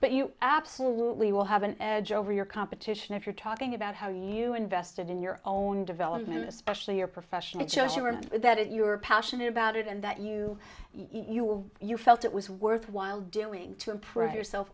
but you absolutely will have an edge over your competition if you're talking about how you invested in your own development especially your profession that shows you that you are passionate about it and that you you will you felt it was worthwhile doing to improve yourself